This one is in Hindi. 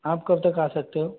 आप कब तक आ सकते हो